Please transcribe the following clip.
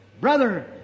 Brother